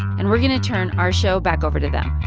and we're going to turn our show back over to them.